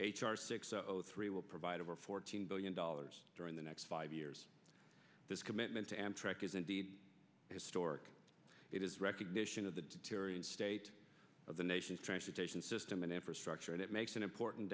zero three will provide over fourteen billion dollars during the next five years this commitment to amtrak is indeed historic it is recognition of the tyrian state of the nation's transportation system and infrastructure and it makes an important